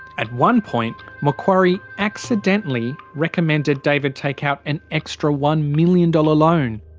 at one point macquarie accidentally recommended david take out an extra one million dollars loan.